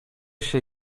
się